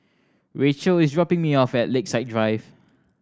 Racheal is dropping me off at Lakeside Drive